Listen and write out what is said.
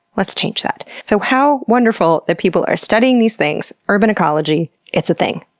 let's change that. so how wonderful that people are studying these things. urban ecology it's a thing.